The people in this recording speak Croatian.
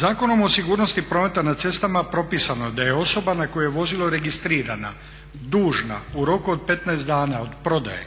Zakonom o sigurnosti prometa na cestama propisano je da je osoba na koju je vozilo registrirano dužna u roku od 15 dana od prodaje